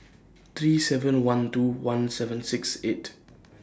three seven one two one seven six eight